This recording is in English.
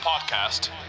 podcast